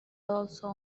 also